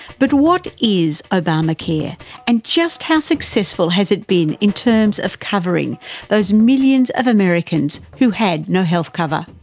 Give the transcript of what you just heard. but what is obamacare and just how successful has it been in terms of covering those millions of americans who had no health cover?